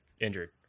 injured